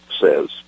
says